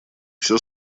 всё